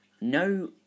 No